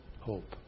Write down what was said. hope